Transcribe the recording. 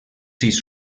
sis